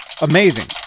amazing